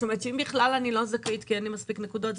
אם אני בכלל לא זכאית כי אין לי מספיק נקודות,